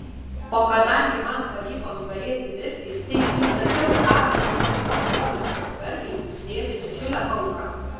o kadangi man pavyko nugalėti mirtį tai įsakau hado dzeuso brolio garbei sudėti didžiulę auką